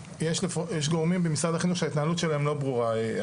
יש גורמים במשרד החינוך שההתנהלות שלהם לא ברורה,